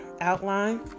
outline